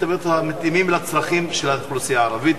הפתרונות המתאימים לצרכים של האוכלוסייה הערבית,